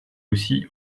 aussi